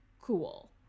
cool